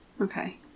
Okay